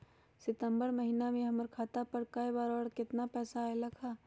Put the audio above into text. सितम्बर महीना में हमर खाता पर कय बार बार और केतना केतना पैसा अयलक ह?